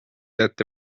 ette